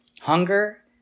Hunger